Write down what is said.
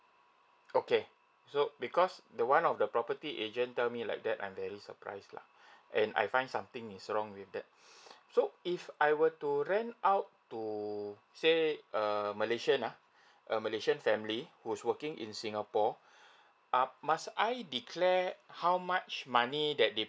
okay so because the one of the property agent tell me like that I'm very surprise lah and I find something is wrong with that so if I were to rent out to say err malaysian uh a malaysian family who's working in singapore up must I declare how much money that they